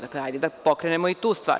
Dakle, ajde da pokrenemo i tu stvar.